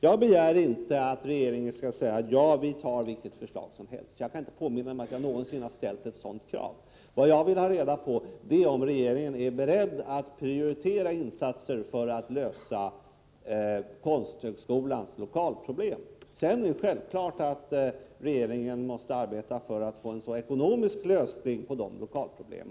Jag begär inte att regeringen skall säga: Ja, vi tar vilket förslag som helst. Jag kan inte påminna mig att jag någonsin har ställt ett sådant krav. Vad jag velat ha reda på är om regeringen är beredd att prioritera insatser för att lösa Konsthögskolans lokalproblem. Sedan måste regeringen självklart arbeta för att få en så ekonomisk lösning som möjligt av dessa lokalproblem.